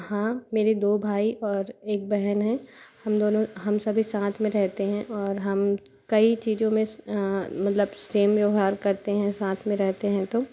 हाँ मेरे दो भाई और एक बहन हैं हम दोनों हम सभी साथ में रहते हैं और हम कई चीज़ों में मतलब सेम व्यवहार करते हैं साथ में रहते हैं तो